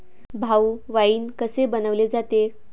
भाऊ, वाइन कसे बनवले जाते?